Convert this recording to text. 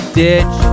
ditch